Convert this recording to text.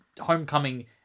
Homecoming